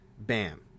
bam